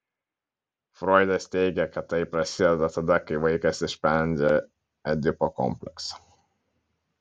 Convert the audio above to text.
froidas teigė kad tai prasideda tada kai vaikas išsprendžia edipo kompleksą